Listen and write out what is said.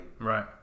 right